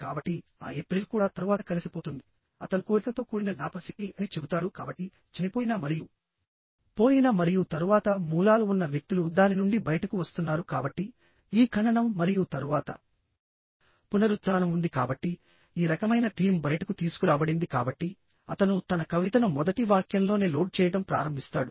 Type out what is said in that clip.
కాబట్టి ఆ ఏప్రిల్ కూడా తరువాత కలిసిపోతుంది అతను కోరికతో కూడిన జ్ఞాపకశక్తి అని చెబుతాడు కాబట్టి చనిపోయిన మరియు పోయిన మరియు తరువాత మూలాలు ఉన్న వ్యక్తులు దాని నుండి బయటకు వస్తున్నారు కాబట్టి ఈ ఖననం మరియు తరువాత పునరుత్థానం ఉంది కాబట్టి ఈ రకమైన థీమ్ బయటకు తీసుకురాబడింది కాబట్టి అతను తన కవితను మొదటి వాక్యంలోనే లోడ్ చేయడం ప్రారంభిస్తాడు